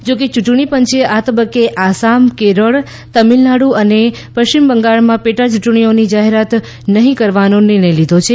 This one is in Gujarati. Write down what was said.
જોકે યૂંટણી પંચે આ તબક્કે આસામ કેરળ તામિલનાડુ અને પશ્ચિમ બંગાળમાં પેટા ચૂંટણીઓની જાહેરાત નહીં કરવાનો નિર્ણય લીધો છે